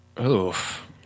Oof